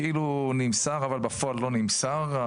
כאילו נמסר, אבל בפועל לא נמסר.